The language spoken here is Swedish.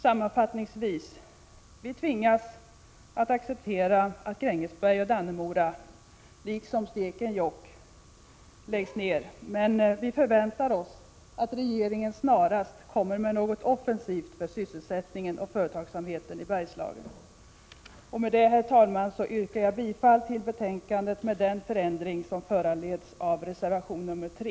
Sammanfattningsvis: Vi tvingas acceptera att Grängesberg, Dannemora Prot. 1986/87:136 liksom Stekenjokk läggs ner, men vi förväntar oss att regeringen snarast — 4 juni 1987 kommer med något offensivt för sysselsättningen och företagsamheten i Bergslagen. Herr talman! Jag yrkar bifall till utskottets hemställan med den förändring som föranleds av reservation nr 3.